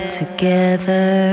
together